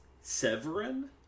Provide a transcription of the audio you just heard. severin